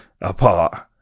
apart